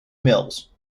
mills